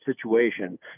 situation